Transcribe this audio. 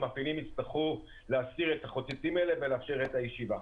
המפעילים יצטרכו להסיר את החוצצים האלה ולאפשר את הישיבה.